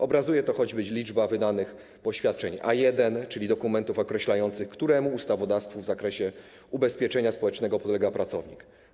Obrazuje to choćby liczba wydanych poświadczeń A1, czyli dokumentów określających, któremu ustawodawstwu w zakresie ubezpieczenia społecznego podlega pracownik.